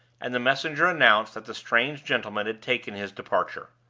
and the messenger announced that the strange gentleman had taken his departure.